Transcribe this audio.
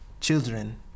children